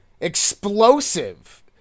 Explosive